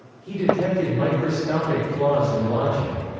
he detected microscopic flaws in logic.